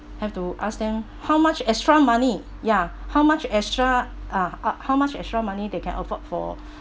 have to ask them how much extra money ya how much extra uh uh how much extra money they can afford for